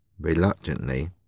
reluctantly